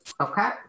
Okay